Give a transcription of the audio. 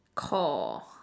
core